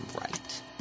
right